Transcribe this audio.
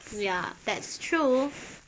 ya that's true